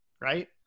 right